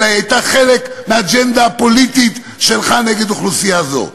אלא הייתה חלק מהאג'נדה הפוליטית שלך נגד אוכלוסייה זו.